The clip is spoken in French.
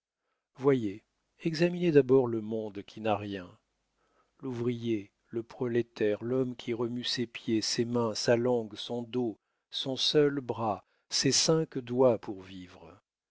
voyez examinez d'abord le monde qui n'a rien l'ouvrier le prolétaire l'homme qui remue ses pieds ses mains sa langue son dos son seul bras ses cinq doigts pour vivre